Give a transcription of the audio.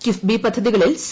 കിഫ്ബി പദ്ധതികളിൽ സ്കി